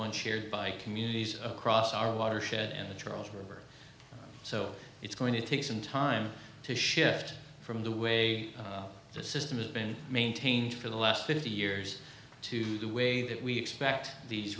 one shared by communities across our watershed and the charles river so it's going to take some time to shift from the way the system has been maintained for the last fifty years to the way that we expect these